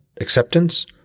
Acceptance